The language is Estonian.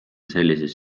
sellises